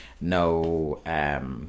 no